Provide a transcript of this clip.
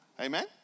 Amen